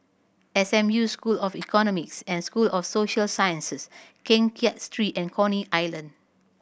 S M U School of Economics and School of Social Sciences Keng Kiat Street and Coney Island